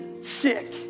sick